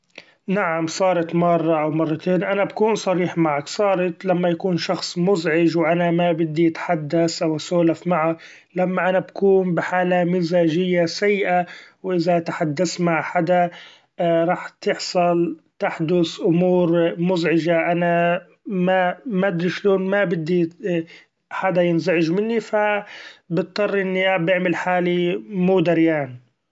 نعم صارت مرة أو مرتين ، أنا بكون صريح معك صارت لما يكون شخص مزعج و أنا ما بدي اتحدث أو اسولف معه ، لما أنا بكون بحالة مزاجية سيئة و إذا اتحدث مع حدا رح تحصل تحدث أمور مزعجة ، أنا ما مدري شلون ما بدي حدا ينزعج مني ف بضطر إني بعمل حالي مو دريان.